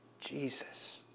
Jesus